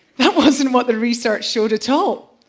that wasn't what the research showed at all.